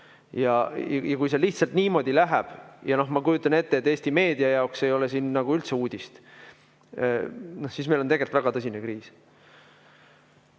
kui see lihtsalt niimoodi läheb. Ma kujutan ette, et Eesti meedia jaoks ei ole siin üldse uudist, siis meil on tegelikult väga tõsine kriis.